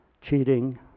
cheating